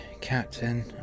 captain